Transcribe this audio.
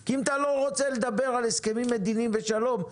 כי אם אתה לא רוצה לדבר על הסכמים מדיניים ושלום,